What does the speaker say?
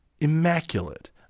immaculate